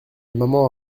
maman